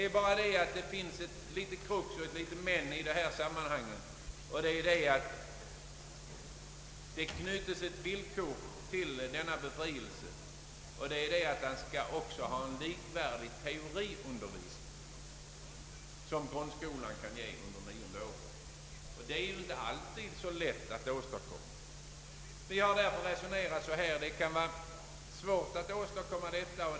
Men det finns ett litet krux i detta sammanhang, nämligen att det knyts ett villkor till denna befrielse: det skall ges en teoretisk undervisning som är likvärdig med den som grundskolan ger under det nionde året, och det är ju inte alltid så lätt att åstadkomma en sådan.